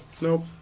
Nope